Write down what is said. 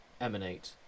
emanate